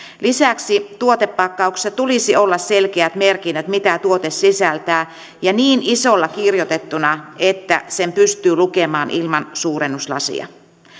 lisäksi tuotepakkauksissa tulisi olla selkeät merkinnät mitä tuote sisältää ja niin isolla kirjoitettuna että sen pystyy lukemaan ilman suurennuslasia